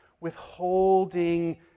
withholding